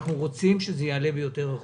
אנחנו רוצים שזה יעלה ביותר אחוזים.